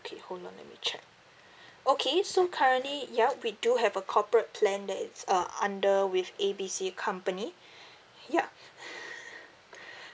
okay hold on let me check okay so currently ya we do have a corporate plan that is uh under with A B C company ya